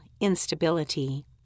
instability